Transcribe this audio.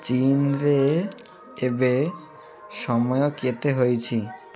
ଚୀନରେ ଏବେ ସମୟ କେତେ ହେଇଛି